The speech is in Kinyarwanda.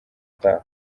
utaha